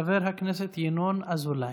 חבר הכנסת ינון אזולאי.